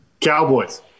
Cowboys